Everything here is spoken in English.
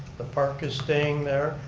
the park is staying there.